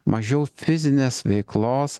mažiau fizinės veiklos